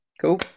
Cool